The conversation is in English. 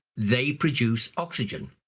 they produce oxygen.